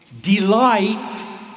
delight